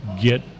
get